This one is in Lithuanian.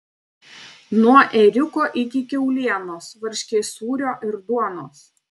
nuo ėriuko iki kiaulienos varškės sūrio ir duonos